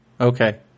Okay